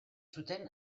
zuten